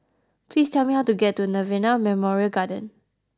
please tell me how to get to Nirvana Memorial Garden